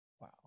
Wow